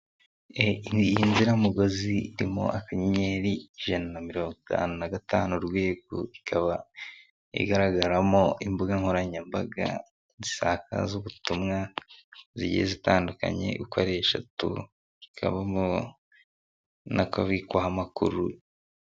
Iyi nziramugozi irimo akanyenyeri ijana na mirongo itanu na gatanu urwego, ikaba igaragaramo imbuga nkoranyambaga zisakaza ubutumwa zigiye zitandukanye uko ari eshatu ikabamo n'akabwikaho amakuru.